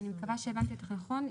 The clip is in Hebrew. אני מקווה שהבנתי אותך נכון,